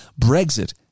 Brexit